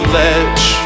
ledge